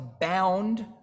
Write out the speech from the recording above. bound